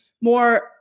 more